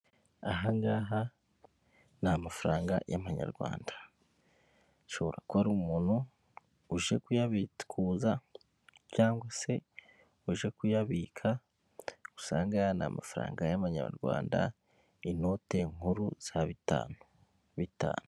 Aha ngaha ni amafaranga yama nyarwanda, ashobora kuba ari umuntu uje kuyabikuza cyangwa se uje kuyabika, usanga aya n'amafaranga yama nyarwanda inote nkuru za bitanu(5000rwf) ,bitanu(5000rwf).